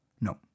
No